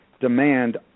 demand